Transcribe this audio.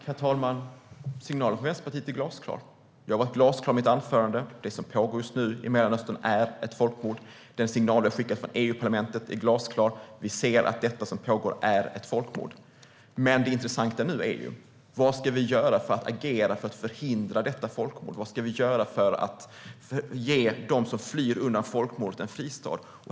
Herr talman! Signalen från Vänsterpartiet är glasklar, och jag har varit glasklar i mitt anförande: Det som pågår just nu i Mellanöstern är ett folkmord. Den signal vi har skickat från EU-parlamentet är glasklar: Vi ser att det som pågår är ett folkmord. Men det intressanta nu är hur vi ska agera för att förhindra detta folkmord och vad vi ska göra för att ge dem som flyr undan folkmordet en fristad.